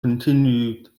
continued